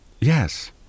Yes